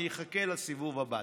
אני אחכה לסיבוב הבא.